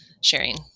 sharing